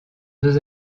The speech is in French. deux